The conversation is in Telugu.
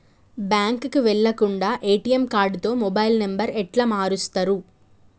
బ్యాంకుకి వెళ్లకుండా ఎ.టి.ఎమ్ కార్డుతో మొబైల్ నంబర్ ఎట్ల మారుస్తరు?